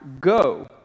go